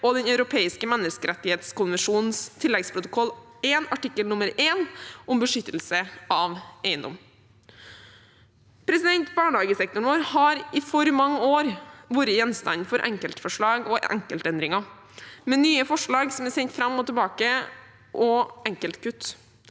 og Den europeiske menneskerettskonvensjons tilleggsprotokoll artikkel 1, om beskyttelse av eiendom. Barnehagesektoren vår har i for mange år vært gjenstand for enkeltforslag og enkeltendringer, med nye forslag som er sendt fram og tilbake, og enkeltkutt.